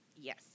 Yes